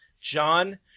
John